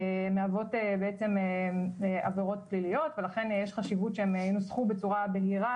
מהוות בעצם עבירות פליליות ולכן יש חשיבות שהן ינוסחו בצורה בהירה